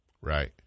Right